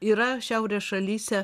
yra šiaurės šalyse